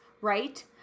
right